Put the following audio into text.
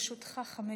לרשותך חמש דקות.